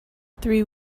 three